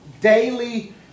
daily